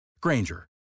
Granger